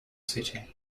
city